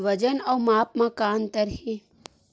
वजन अउ माप म का अंतर हे?